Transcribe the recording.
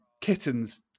kittens